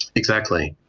exactly,